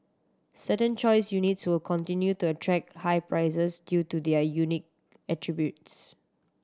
certain choice units will continue to attract high prices due to their unique attributes